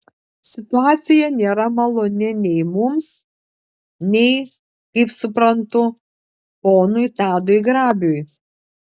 situacija nėra maloni nei mums nei kaip suprantu ponui tadui grabiui